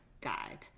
guide